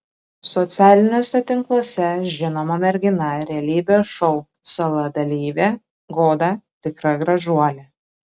socialiniuose tinkluose žinoma mergina realybės šou sala dalyvė goda tikra gražuolė